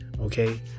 okay